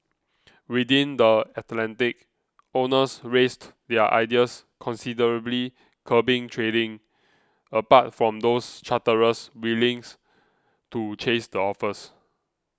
within the Atlantic owners raised their ideas considerably curbing trading apart from those charterers willing to chase the offers